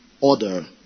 order